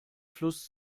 fluss